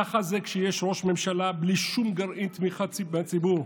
ככה זה כשיש ראש ממשלה בלי שום גרעין תמיכה מהציבור,